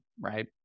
right